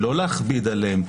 היא לא להכביד עליהם.